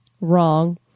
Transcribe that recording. Wrong